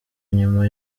nyuma